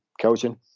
coaching